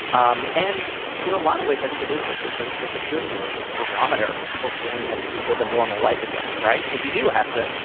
um and in a lot of ways, i think it is it's a it's a good barometer for people's willingness to live a normal life again. right. because you do have to,